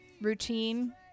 routine